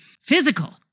physical